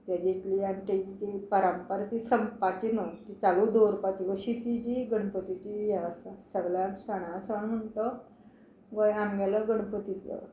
तेजी इतली परंपरा ती संपाची न्हू ती चालू दवरपाची अशी ती जी गणपतीची हे आसा सगळ्यान सणा सण म्हण तो आमगेलो गणपतीचो